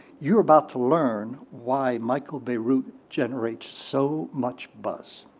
you are about to learn why michael bierut generates so much buzz.